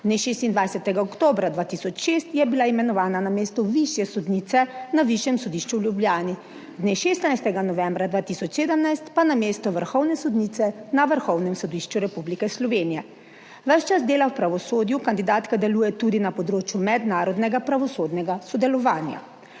Dne 26. oktobra 2006 je bila imenovana na mesto višje sodnice na Višjem sodišču v Ljubljani, dne 16. novembra 2017 pa na mesto vrhovne sodnice na Vrhovnem sodišču Republike Slovenije. Ves čas dela v pravosodju. Kandidatka deluje tudi na področju mednarodnega pravosodnega sodelovanja.